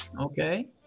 Okay